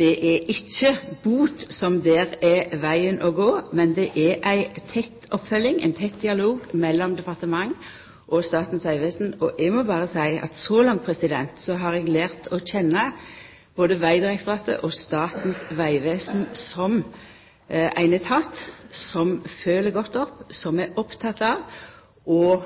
Det er ikkje bot som der er vegen å gå, men det er ei tett oppfølging, ein tett dialog, mellom departementet og Statens vegvesen. Eg må berre seia at så langt har eg lært å kjenna både Vegdirektoratet og Statens vegvesen som etatar som følgjer godt opp, som er opptekne av å